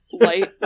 light